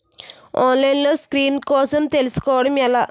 ఆన్లైన్లో స్కీమ్స్ కోసం తెలుసుకోవడం ఎలా?